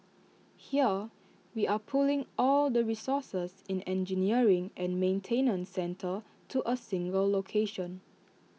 here we are pulling all the resources in engineering and maintenance centre to A single location